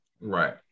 Right